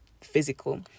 physical